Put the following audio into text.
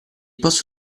posso